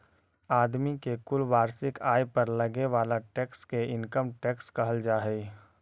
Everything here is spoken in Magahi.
आदमी के कुल वार्षिक आय पर लगे वाला टैक्स के इनकम टैक्स कहल जा हई